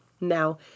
now